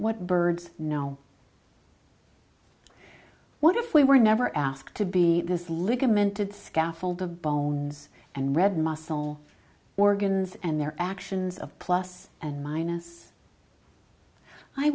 what birds know what if we were never asked to be this ligament did scaffold of bones and red muscle organs and their actions of plus and minus i